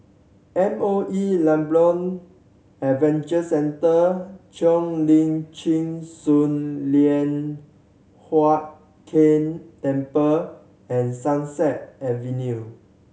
M O E Labrador Adventure Centre Cheo Lim Chin Sun Lian Hup Keng Temple and Sunset Avenue